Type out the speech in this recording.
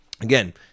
again